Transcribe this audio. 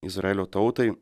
izraelio tautai